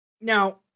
now